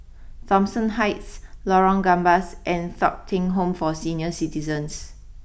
Thomson Heights Lorong Gambas and Thong Teck Home for Senior citizens